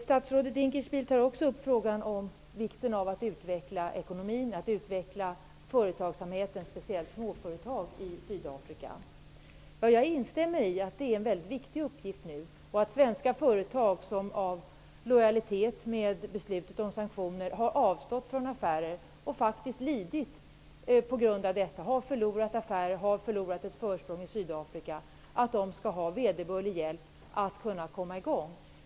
Statsrådet Dinkelspiel tog också upp frågan om vikten av att utveckla ekonomin, företagsamheten och speciellt småföretag i Sydafrika. Jag instämmer i att detta är en viktig uppgift. Svenska företag som av lojalitet med beslutet om sanktioner avstod från affärer och faktiskt har lidit och förlorat ett försprång i Sydafrika skall ha vederbörlig hjälp att komma i gång.